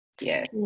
Yes